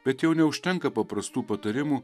bet jau neužtenka paprastų patarimų